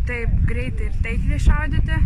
taip greitai ir taikliai šaudyti